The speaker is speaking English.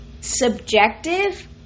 subjective